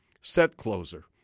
set-closer